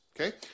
Okay